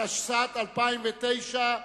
התשס"ט 2009,